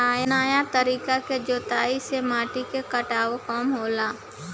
नया तरीका के जुताई से माटी के कटाव कम होला